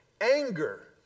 anger